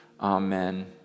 Amen